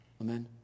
Amen